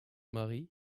mari